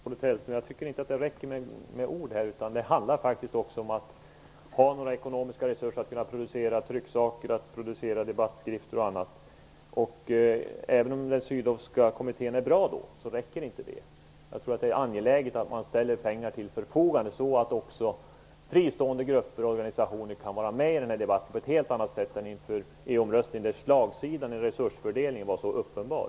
Herr talman! Jag tycker inte att det räcker med ord, utan det handlar faktiskt om att ha ekonomiska resurser för att producera trycksaker, debattskrifter osv. Även om Sydowska kommittén är bra så räcker det inte. Det är angeläget att man ställer pengar till förfogande så att också fria grupper och organisationer kan vara med i debatten på ett helt annat sätt än inför EU-omröstningen, där slagsidan i resursfördelningen var uppenbar.